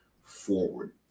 forward